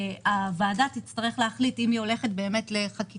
הוועדה תצטרך להחליט אם היא הולכת לחקיקה,